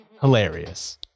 hilarious